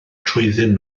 trwyddyn